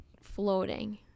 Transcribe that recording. floating